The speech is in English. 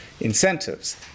incentives